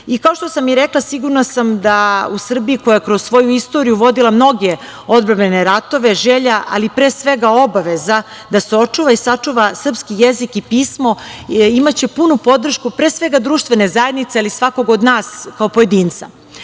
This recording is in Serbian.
što sam i rekla, sigurna sam da u Srbiji koja je kroz svoju istoriju vodila mnoge odbrambene ratove, želja, ali pre svega, obaveza da se očuva i sačuva srpski jezik i pismo imaće punu podršku pre svega društvene zajednice, ali i svakog od nas kao pojedinca.